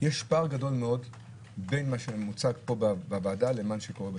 יש פער גדול מאוד בין מה שמוצג פה בוועדה לבין מה שקורה בשטח.